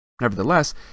Nevertheless